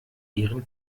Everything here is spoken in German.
ihren